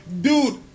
dude